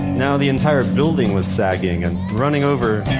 now the entire building was sagging. and running over,